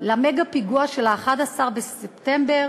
למגה-פיגוע של ה-11 בספטמבר,